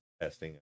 testing